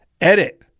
edit